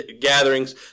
gatherings